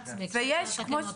בבג"ץ בהקשר של התקנות.